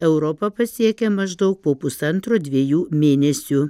europą pasiekia maždaug po pusantro dviejų mėnesių